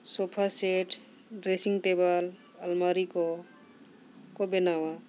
ᱥᱳᱯᱷᱟ set dressing table ᱟᱞᱢᱟᱨᱤ ᱠᱚ ᱠᱚ ᱵᱮᱱᱟᱣᱟ